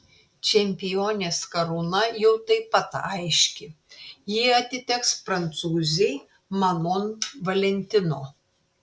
čempionės karūna jau taip pat aiški ji atiteks prancūzei manon valentino